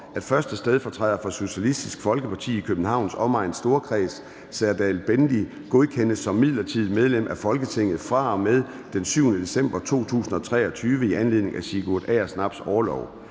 at 1. stedfortræder for Socialistisk Folkeparti i Københavns Omegns Storkreds, Serdal Benli, godkendes som midlertidigt medlem af Folketinget fra og med den 7. december 2023, i anledning af Sigurd Agersnaps orlov.